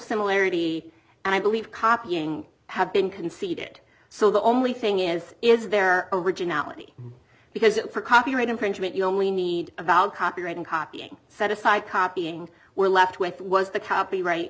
similarity and i believe copying have been conceded so the only thing is is there originality because for copyright infringement you only need about copyright and copying set aside copying were left with was the copyright